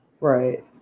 Right